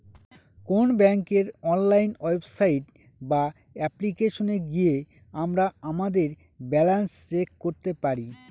কোন ব্যাঙ্কের online website বা অ্যাপ্লিকেশনে গিয়ে আমরা আমাদের ব্যালান্স চেক করতে পারি